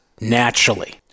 naturally